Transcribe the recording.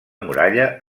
muralla